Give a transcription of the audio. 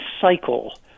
cycle